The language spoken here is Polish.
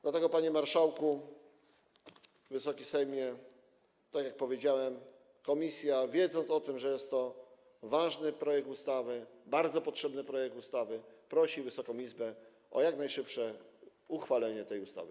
Dlatego, panie marszałku, Wysoki Sejmie, tak jak powiedziałem, komisja, wiedząc o tym, że jest to ważny i bardzo potrzebny projekt ustawy, prosi Wysoką Izbę o jak najszybsze uchwalenie tej ustawy.